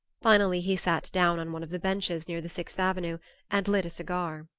finally he sat down on one of the benches near the sixth avenue and lit a cigar.